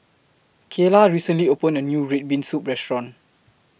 Kaylah recently opened A New Red Bean Soup Restaurant